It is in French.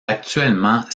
actuellement